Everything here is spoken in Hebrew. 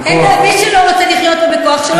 מי שלא רוצה לחיות פה בכוח, שלא יחיה פה.